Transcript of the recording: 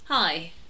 Hi